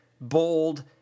bold